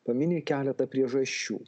pamini keletą priežasčių